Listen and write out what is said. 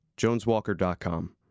joneswalker.com